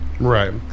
Right